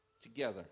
together